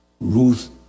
Ruth